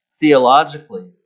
theologically